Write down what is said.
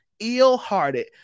ill-hearted